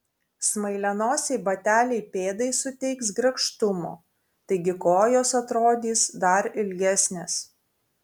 smailianosiai bateliai pėdai suteiks grakštumo taigi kojos atrodys dar ilgesnės